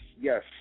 Yes